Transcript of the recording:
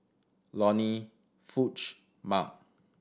Lonny Foch Mark